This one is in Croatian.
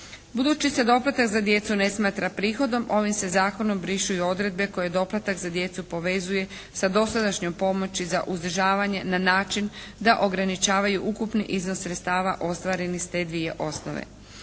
Budući se doplatak za djecu ne smatra prihodom ovim se zakonom brišu i odredbe koje doplatak za djecu povezuje sa dosadašnjom pomoći za uzdržavanje na način da ograničavaju ukupni iznos sredstava ostvarenih s te dvije osnove.